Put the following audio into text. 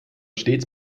stets